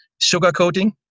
sugarcoating